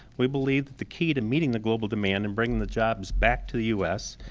we believe that the key to meeting the global demand and bringing the jobs back to the u s.